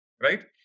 right